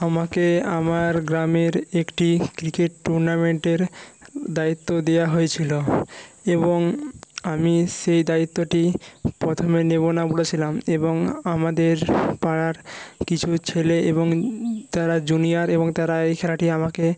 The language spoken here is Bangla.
আমাকে আমার গ্রামের একটি ক্রিকেট টুর্নামেন্টের দায়িত্ব দেওয়া হয়েছিলো এবং আমি সেই দায়িত্বটি প্রথমে নেব না বলেছিলাম এবং আমাদের পাড়ার কিছু ছেলে এবং তারা জুনিয়র এবং তারা এই খেলাটি আমাকে